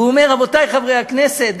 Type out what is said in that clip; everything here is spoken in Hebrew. והוא אומר: רבותי חברי הכנסת,